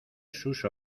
sus